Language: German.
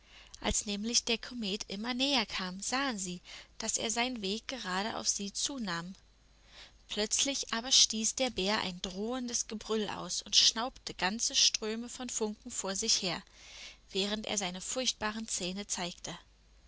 als nämlich der komet immer näher kam sahen sie daß er seinen weg gerade auf sie zu nahm plötzlich aber stieß der bär ein drohendes gebrüll aus und schnaubte ganze ströme von funken vor sich her während er seine furchtbaren zähne zeigte